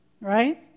Right